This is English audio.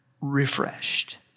refreshed